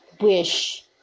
wish